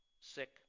sick